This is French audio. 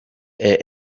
est